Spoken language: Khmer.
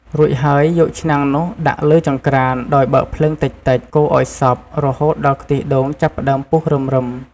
រួចហើយ យកឆ្នាំងនោះដាក់លើចង្ក្រានដោយបើកភ្លើងតិចៗ កូរឲ្យសព្វ រហូតដល់ខ្ទិះដូងចាប់ផ្ដើមពុះរឹមៗ។